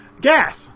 Gas